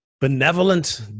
benevolent